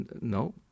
no